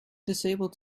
disabled